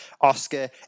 Oscar